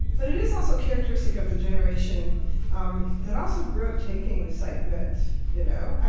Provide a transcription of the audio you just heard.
but it is also characteristic of the generation um that also grew up taking psych meds. you know, i